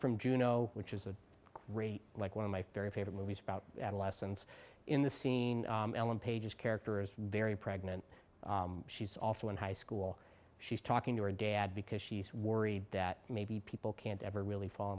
from juno which is a great like one of my fairy favorite movies about adolescence in the scene ellen page is character is very pregnant she's also in high school she's talking to her dad because she's worried that maybe people can't ever really fall